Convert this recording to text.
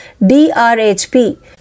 DRHP